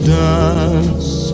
dance